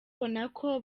nako